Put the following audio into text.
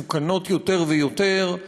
מסוכנות יותר ויותר,